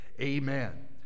amen